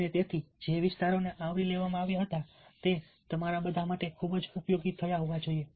અને તેથી જે વિસ્તારોને આવરી લેવામાં આવ્યા હતા તે તમારા બધા માટે ખૂબ ઉપયોગી થયા હોવા જોઈએ